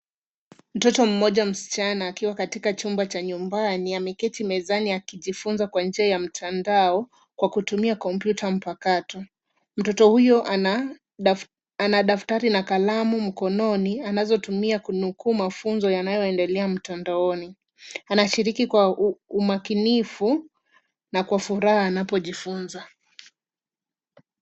Mtoto mmoja msichana akiwa katika chumba cha nyumbani, ameketi mezani akijifunza kwa njia ya mtandao kwa kutumia kompyuta mpakato. Mtoto huyo ana daftari na kalamu mkononi, anazotumia kunukuhu mafunzo yanayoendelea mtandaoni. Anashiriki kwa umakinifu, na kwa furaha anapojifunza.